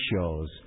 shows